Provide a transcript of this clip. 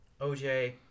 OJ